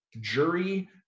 jury